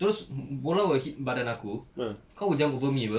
terus bola will hit badan aku kau will jump over me apa